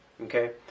okay